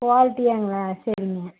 குவாலிட்டியாங்களா சரிங்க